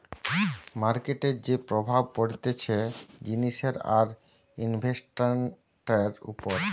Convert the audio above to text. মার্কেটের যে প্রভাব পড়তিছে জিনিসের আর ইনভেস্টান্টের উপর